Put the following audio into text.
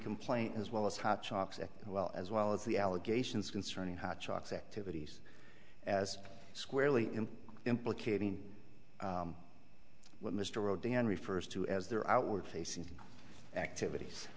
complaint as well as hot chocs as well as well as the allegations concerning hot shots activities as squarely in implicating what mr rodin refers to as their outward facing activities